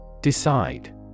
Decide